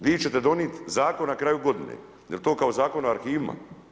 Vi ćete donijet zakon na kraju godine, jel' to kao Zakon o arhivima?